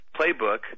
playbook